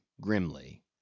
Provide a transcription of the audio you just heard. Grimly